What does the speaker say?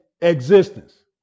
existence